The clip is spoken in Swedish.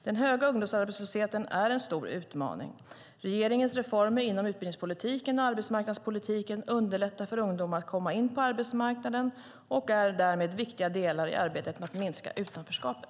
Den höga ungdomsarbetslösheten är en stor utmaning. Regeringens reformer inom utbildningspolitiken och arbetsmarknadspolitiken underlättar för ungdomar att komma in på arbetsmarknaden och är därmed viktiga delar i arbetet med att minska utanförskapet.